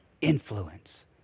influence